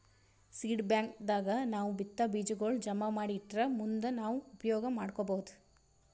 seed bank ದಾಗ್ ನಾವ್ ಬಿತ್ತಾ ಬೀಜಾಗೋಳ್ ಜಮಾ ಮಾಡಿ ಇಟ್ಟರ್ ಮುಂದ್ ನಾವ್ ಉಪಯೋಗ್ ಮಾಡ್ಕೊಬಹುದ್